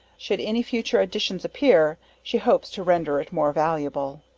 should any future editions appear, she hopes to render it more valuable.